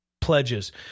pledges